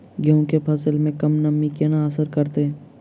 गेंहूँ केँ फसल मे कम नमी केना असर करतै?